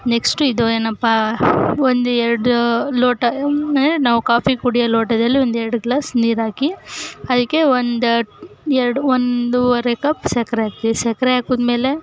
next ಇದು ಏನಪ್ಪಾ ಒಂದು ಎರಡು ಲೋಟ ಅಂದರೆ ನಾವು ಕಾಫಿ ಕುಡಿಯೋ ಲೋಟದಲ್ಲಿ ಒಂದು ಎರಡು ಗ್ಲಾಸ್ ನೀರಾಕಿ ಅದಕ್ಕೆ ಒಂದು ಎರಡು ಒಂದುವರೆ ಕಪ್ ಸಕ್ಕರೆ ಹಾಕ್ತೀವಿ ಸಕ್ಕರೆ ಹಾಕಿದ್ಮೇಲೆ